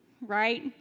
right